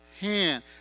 hand